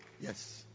Yes